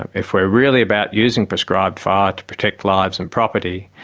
if we're really about using prescribed fire to protect lives and property,